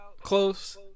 close